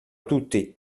tutti